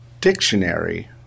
dictionary